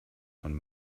von